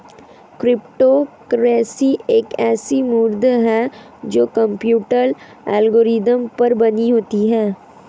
crypto currency एक ऐसी मुद्रा है जो कंप्यूटर एल्गोरिदम पर बनी होती है